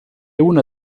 una